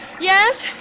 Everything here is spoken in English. Yes